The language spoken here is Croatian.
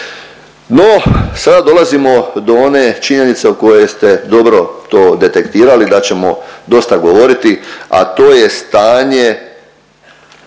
No, sada dolazimo do one činjenice u kojoj ste dobro to detektirali da ćemo dosta govoriti, a to je stanje,